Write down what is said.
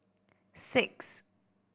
six